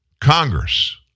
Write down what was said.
Congress